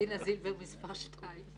דינה זילבר מספר שתיים.